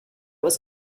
was